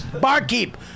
Barkeep